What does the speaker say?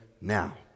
now